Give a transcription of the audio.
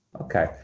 Okay